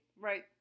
Right